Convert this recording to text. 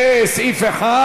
לסעיף 1